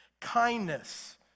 Kindness